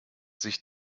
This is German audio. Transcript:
sich